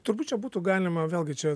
turbūt čia būtų galima vėlgi čia